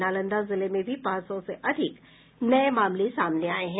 नालंदा जिले में भी पांच सौ से अधिक नये मामले सामने आये हैं